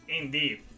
Indeed